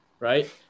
Right